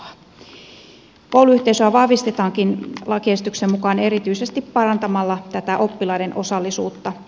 kouluyhteisöä vahvistetaankin lakiesityksen mukaan erityisesti parantamalla tätä oppilaiden osallisuutta